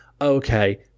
Okay